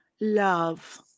love